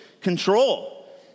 control